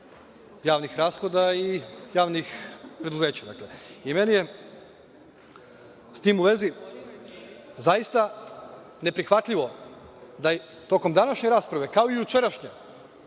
javnih rashoda i javnih preduzeća. Meni je, s tim u vezi, zaista ne prihvatljivo da tokom današnje rasprave, kao i jučerašnje,